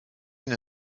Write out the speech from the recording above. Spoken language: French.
une